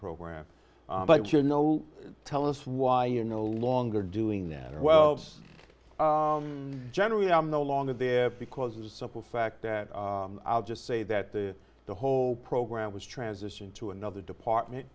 program but you're no tell us why you're no longer doing that or well it's generally i'm no longer there because of the simple fact that i'll just say that the the whole program was transition to another department